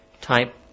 type